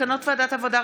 מסקנות ועדת העבודה,